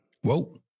Whoa